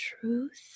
truth